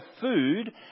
food